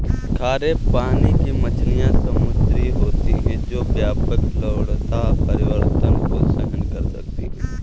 खारे पानी की मछलियाँ समुद्री होती हैं जो व्यापक लवणता परिवर्तन को सहन कर सकती हैं